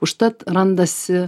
užtat randasi